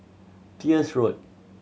Peirce Road